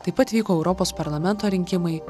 taip pat vyko europos parlamento rinkimai